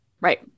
right